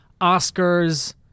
Oscars